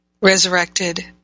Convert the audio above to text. resurrected